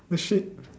eh shit